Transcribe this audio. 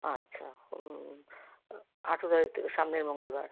আচ্ছা আঠারো তারিখ থেকে সামনের মঙ্গলবার